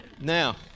Now